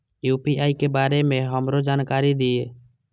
UPI के बारे में हमरो जानकारी दीय?